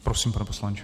Prosím, pane poslanče.